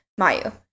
Mayu